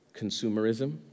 consumerism